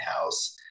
house